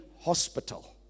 hospital